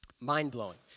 Mind-blowing